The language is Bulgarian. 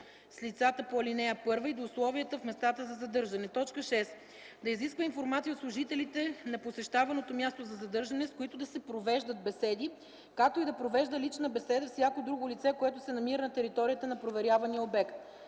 с лицата по ал. 1 и до условията в местата за задържане; 6. да изисква информация от служителите на посещаваното място за задържане, с които да се провеждат беседи, както и да провежда лична беседа с всяко друго лице, което се намира на територията на проверявания обект;